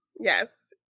Yes